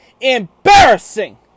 Embarrassing